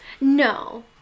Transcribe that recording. No